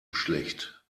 schlecht